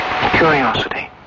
Curiosity